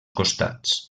costats